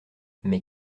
mais